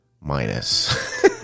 minus